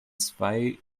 zwei